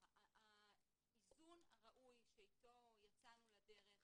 האיזון הראוי שאתו יצאנו לדרך